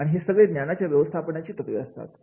आणि हे सगळे ज्ञानाच्या व्यवस्थापनाची तत्वे वापरत असतात